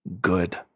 good